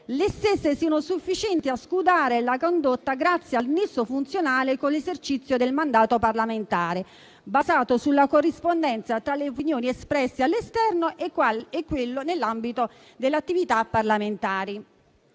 le stesse siano sufficienti a scudare la condotta grazie al nesso funzionale con l'esercizio del mandato parlamentare, basato sulla corrispondenza tra le opinioni espresse all'esterno e quello espresso nell'ambito delle attività parlamentari.